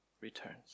returns